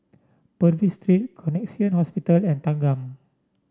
Purvis Street Connexion Hospital and Thanggam